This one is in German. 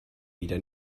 wieder